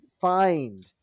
find